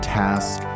task